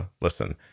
listen